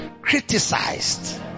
criticized